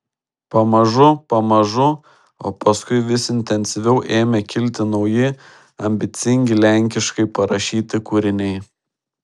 pamažu pamažu o paskui vis intensyviau ėmė kilti nauji ambicingi lenkiškai parašyti kūriniai